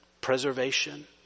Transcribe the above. preservation